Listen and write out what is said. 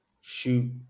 shoot